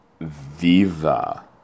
Viva